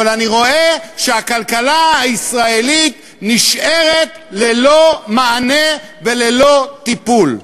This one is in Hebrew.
אבל אני רואה שהכלכלה הישראלית נשארת ללא מענה וללא טיפול.